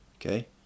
okay